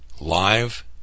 live